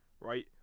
right